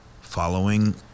following